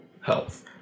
health